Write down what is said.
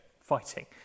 fighting